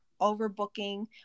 overbooking